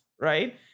right